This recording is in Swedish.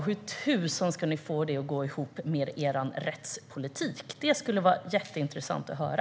Hur tusan ska ni i så fall få det att gå ihop med er rättspolitik? Det skulle vara jätteintressant att höra.